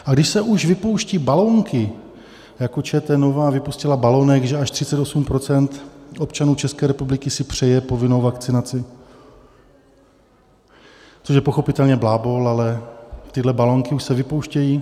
A když se už vypouští balónky jako ČT Nova vypustila balónek, že až 38 % občanů České republiky si přeje povinnou vakcinaci, což je pochopitelně blábol ale tyhle balónky už se vypouštějí.